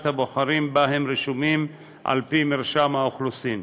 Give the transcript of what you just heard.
הבוחרים שבה הם רשומים על פי מרשם האוכלוסין.